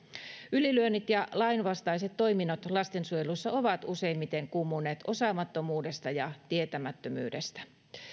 ylilyönnit ja lainvastaiset toiminnat lastensuojelussa ovat useimmiten kummunneet osaamattomuudesta ja tietämättömyydestä